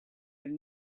will